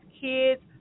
kids